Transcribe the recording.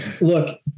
Look